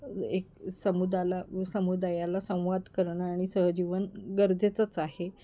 एक समुदाला समुदायाला संवाद करणं आणि सहजीवन गरजेचंच आहे